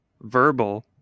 verbal